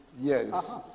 Yes